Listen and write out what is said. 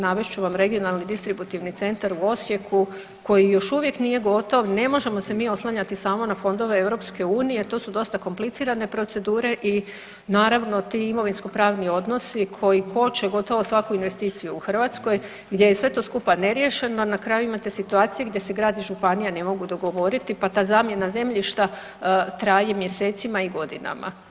Navest ću vam Regionalni distributivni centar u Osijeku koji još uvijek nije gotov, ne možemo se mi oslanjati samo na fondove EU, to su dosta komplicirane procedure i naravno ti imovinsko pravni odnosi koji koče gotovo svaku investiciju u Hrvatskoj gdje je sve to skupa neriješeno i na kraju imate situacije gdje se grad i županija ne mnogu dogovoriti, pa ta zamjena zemljišta traje mjesecima i godinama.